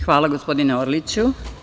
Hvala, gospodine Orliću.